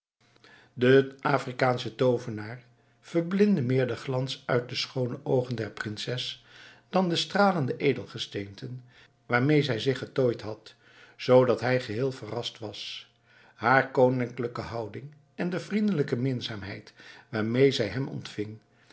den afrikaanschen toovenaar verblindde meer de glans uit de schoone oogen der prinses dan de stralende edelgesteenten waarmee zij zich getooid had zoodat hij geheel verrast was haar koninklijke houding en de vriendelijke minzaamheid waarmee zij hem ontving